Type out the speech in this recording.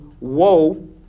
woe